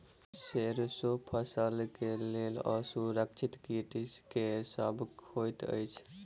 सैरसो फसल केँ लेल असुरक्षित कीट केँ सब होइत अछि?